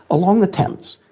along the thames.